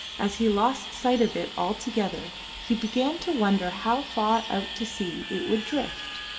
as he lost sight of it altogether he began to wonder how far out to sea it would drift.